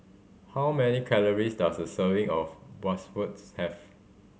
how many calories does a serving of Bratwurst have